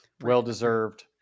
Well-deserved